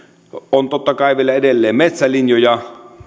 on totta kai vielä edelleen metsälinjoja